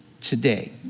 today